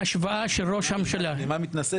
השבת האמון למערכת המשפט.